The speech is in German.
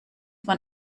man